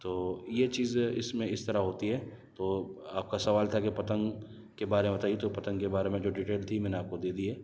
تو یہ چیزیں اس میں اس طرح ہوتی ہے تو آپ کا سوال تھا کہ پتنگ کے بارے میں بتائیے تو پتنگ کے بارے میں جو ڈیٹیل تھی میں نے آپ کو دے دی ہے